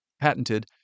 patented